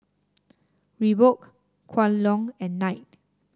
Reebok Kwan Loong and Knight